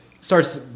starts